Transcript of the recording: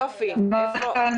בוקר טוב